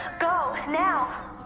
go, and now!